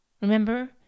remember